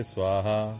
Swaha